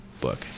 book